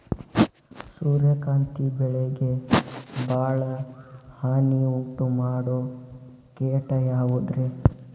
ಸೂರ್ಯಕಾಂತಿ ಬೆಳೆಗೆ ಭಾಳ ಹಾನಿ ಉಂಟು ಮಾಡೋ ಕೇಟ ಯಾವುದ್ರೇ?